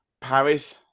Paris